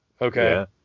Okay